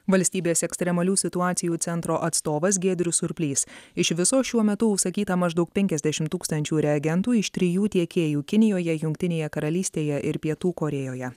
valstybės ekstremalių situacijų centro atstovas giedrius surplys iš viso šiuo metu užsakyta maždaug penkiasdešimt tūkstančių reagentų iš trijų tiekėjų kinijoje jungtinėje karalystėje ir pietų korėjoje